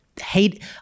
hate